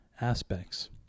aspects